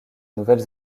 nouvelle